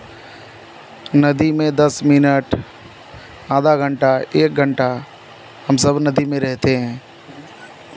नदी में दस मिनट आधा घंटा एक घंटा हम सब नदी में रहते हैं